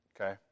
Okay